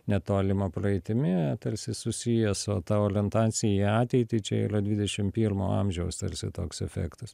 netolima praeitimi tarsi susijęs o ta olientacija į ateitį čia ylia dvidešim pirmo amžiaus tarsi toks efektas